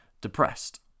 depressed